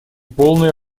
полное